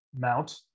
Mount